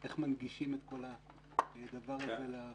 איך מנגישים את כל הדבר הזה.